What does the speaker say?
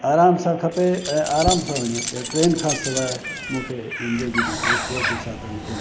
आराम सां खपे ऐं आराम सां वञो ट्रेन खां सवाइ मूंखे ज़िंदगी में ॿियों कुझु साधन कोन वणंदो आहे